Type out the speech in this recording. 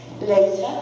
Later